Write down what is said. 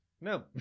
No